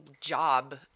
job